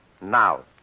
now